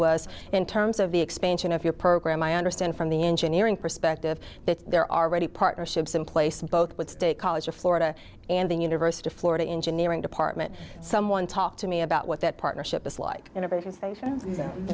was in terms of the expansion of your program i understand from the engineering perspective that there are already partnerships in place both with state college of florida and the university of florida engineering department someone talk to me about what that partnership is like innovative things and